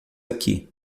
aqui